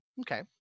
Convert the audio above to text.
Okay